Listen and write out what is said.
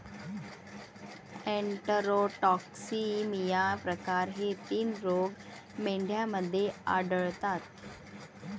enterotoxaemia प्रकार हे तीन रोग मेंढ्यांमध्ये आढळतात